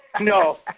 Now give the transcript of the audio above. no